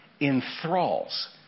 enthralls